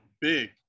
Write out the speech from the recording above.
big